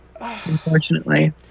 Unfortunately